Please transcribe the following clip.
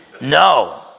No